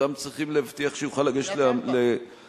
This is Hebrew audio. אדם, צריכים להבטיח שיוכל לגשת לאדמתו.